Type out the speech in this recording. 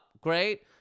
Great